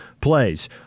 plays